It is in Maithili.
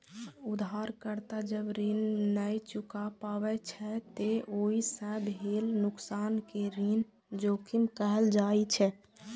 उधारकर्ता जब ऋण नै चुका पाबै छै, ते ओइ सं भेल नुकसान कें ऋण जोखिम कहल जाइ छै